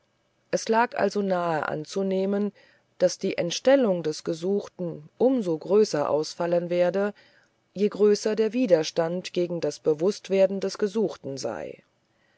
es lag also nahe anzunehmen daß die entstellung des gesuchten um so größer ausfallen werde je größer der widerstand gegen das bewußtwerden des gesuchten sei